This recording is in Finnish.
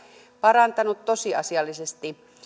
parantanut tosiasiallisesti